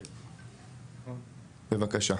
בבקשה.